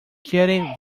quiere